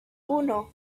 uno